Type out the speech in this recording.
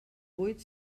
buit